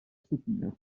supina